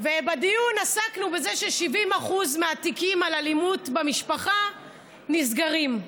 ובדיון עסקנו בזה ש-70% מהתיקים על אלימות במשפחה נסגרים.